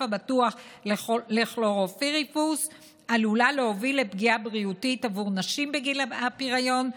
הבטוח עלולה להוביל לפגיעה בריאותית בנשים בגיל הפריון,